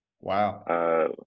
Wow